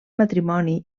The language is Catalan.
matrimoni